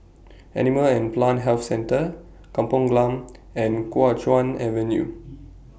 Animal and Plant Health Centre Kampong Glam and Kuo Chuan Avenue